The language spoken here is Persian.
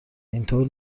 اینطور